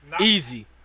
easy